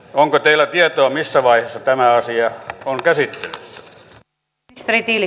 onko teillä tietoa missä vaiheessa tämä asia on käsittelyssä